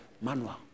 Manual